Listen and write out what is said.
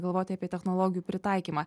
galvoti apie technologijų pritaikymą